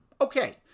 okay